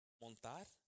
montar